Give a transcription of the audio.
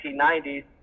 1990s